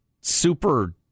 super